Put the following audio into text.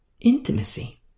Intimacy